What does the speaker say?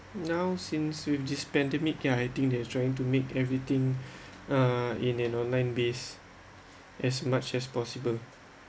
now since with this pandemic ya I think they're trying to make everything uh in an online base as much as possible